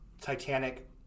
Titanic